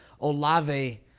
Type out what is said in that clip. Olave